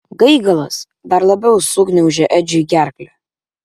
gaigalas dar labiau sugniaužė edžiui gerklę